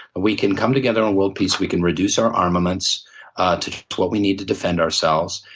we can come together on world peace. we can reduce our armaments to what we need to defend ourselves,